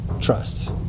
trust